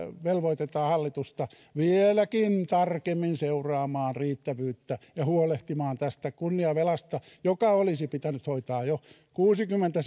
velvoitetaan hallitusta vieläkin tarkemmin seuraamaan riittävyyttä ja huolehtimaan tästä kunniavelasta joka olisi pitänyt hoitaa jo kuusikymmentä